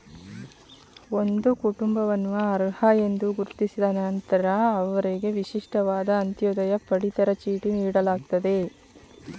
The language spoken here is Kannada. ಒಂದು ಕುಟುಂಬವನ್ನು ಅರ್ಹ ಎಂದು ಗುರುತಿಸಿದ ನಂತ್ರ ಅವ್ರಿಗೆ ವಿಶಿಷ್ಟವಾದ ಅಂತ್ಯೋದಯ ಪಡಿತರ ಚೀಟಿ ನೀಡಲಾಗ್ತದೆ